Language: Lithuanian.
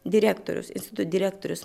direktorius instituto direktorius